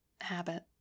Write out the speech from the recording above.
habit